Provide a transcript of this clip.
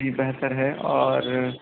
جی بہتر ہے اور